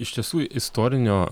iš tiesų istorinio